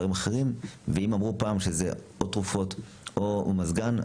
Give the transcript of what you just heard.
ואם אמרו פעם שזה או תרופות או מזגן,